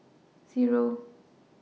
Zero